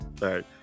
right